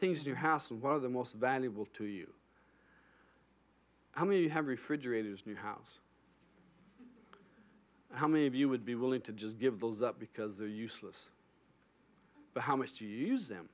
things you house and one of the most valuable to you how many you have refrigerators newhouse how many of you would be willing to just give those up because they're useless but how much do you use them